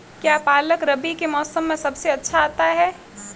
क्या पालक रबी के मौसम में सबसे अच्छा आता है?